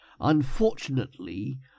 Unfortunately